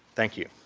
thank you.